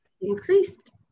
increased